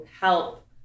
help